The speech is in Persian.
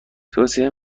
توصیه